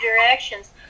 directions